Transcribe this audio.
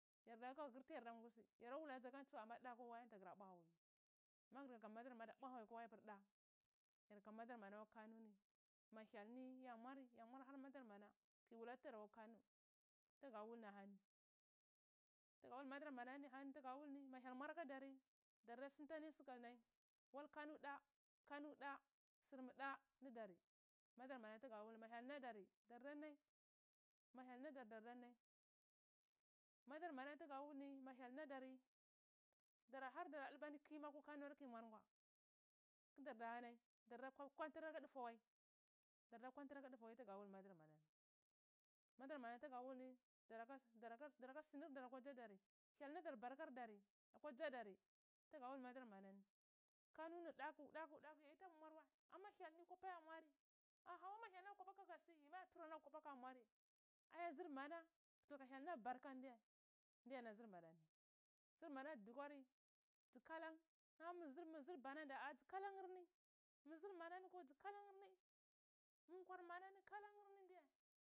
Yar da ka hr tiyar da nzusi yara wulae zakantsi amma ddaku waya ni gra bwa hawini magr aka madar mata gra bwa hawi akwa wayu apr da yar ka madar manna akwa kanoni ma hyal ni ya mwari yam war ahar madar manna kiyi wula tda akwa kano tga wul ni ahani tga wul madar manani tgawul ni ma hyal mwar aka dari dar diya sntanai skanai wal kano da kano da srmi da nd dari madar mana tga wul ni ma hyal na dari dar da nai ma hyal na dar dar da nai madar mana tga wulni ma hyal nadari dar har dara dlbani ki ma akwa kano kiyi mwar ngwa tdar da ha nai dar da kwantar aka dfa wai darda kwantar aka dfawai tga wul madar manani madar mana tga wul ni daraka daraka daraka snr dar akwa dza dari hyal nadir barker dai akwa dza dari tga wul madar manani kano ni daku daku daku yayi taba mwar wae amma hyal ni kwapa ya mwari aa hanwa ma hyal nag kwapa kag si yima ya tura nag kwapa kag mwari aya zr mana tou ka hyal nag barka ndya ndya na zr mana ni zr mana duku ari da kalan aa mi zr bana ni aa hkalanr ni ini zr mana dzkalanr ni kwar mana ni kalanr ni dya dya nag.